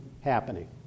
happening